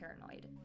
paranoid